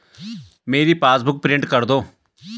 मेरी passbook print कर दो